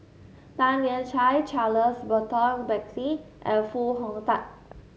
Tan Lian Chye Charles Burton Buckley and Foo Hong Tatt